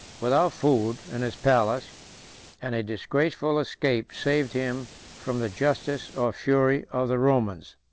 without food, in his palace and a disgraceful escape saved him from the justice or fury of the romans.